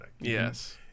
Yes